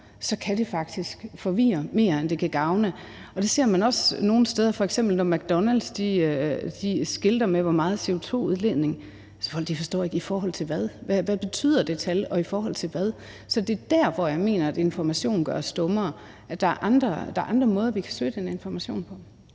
så kan det faktisk forvirre mere, end det kan gavne. Og det ser man også nogle steder. F.eks. når McDonald's skilter med, hvor meget CO2-udledning der er, så forstår folk ikke, i forhold til hvad der er tale om. Hvad betyder det tal? Og i forhold til hvad? Så det er der, hvor jeg mener, at informationen gør os dummere. Der er andre måder, vi kan søge den information på.